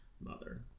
mother